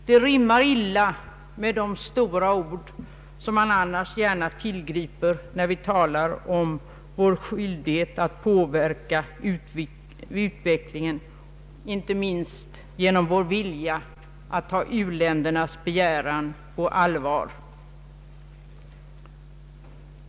Det rimmar också illa med de stora ord som vi annars gärna tillgriper när vi talar om vår skyldighet att påverka utvecklingen, inte minst genom vår vilja att ta u-ländernas begäran på allvar.